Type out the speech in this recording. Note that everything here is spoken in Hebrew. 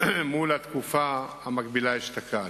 לעומת התקופה המקבילה אשתקד.